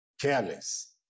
careless